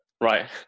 Right